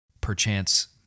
perchance